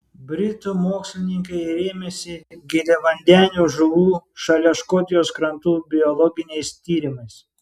britų mokslininkai rėmėsi giliavandenių žuvų šalia škotijos krantų biologiniais tyrimais